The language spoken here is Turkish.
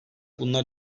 bunlar